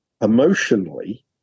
emotionally